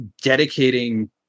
dedicating